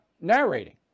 narrating